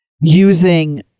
using